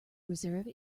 reserve